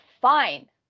Fine